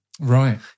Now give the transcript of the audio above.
Right